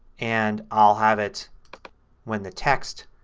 and i'll have it when the text